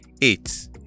eight